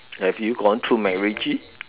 have you gone to Macritchie